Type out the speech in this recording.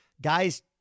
guys